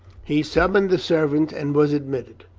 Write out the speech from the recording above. he summoned the servant, and was admitted.